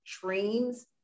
dreams